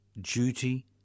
duty